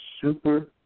Super